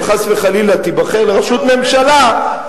אם חס וחלילה תיבחר לראשות ממשלה,